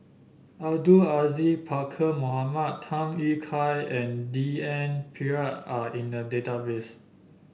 Abdul Aziz Pakkeer Mohamed Tham Yui Kai and D N Pritt are in the database